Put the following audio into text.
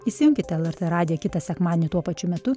įsijunkite lrt radiją kitą sekmadienį tuo pačiu metu